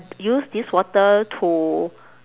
use this water to